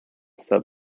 sub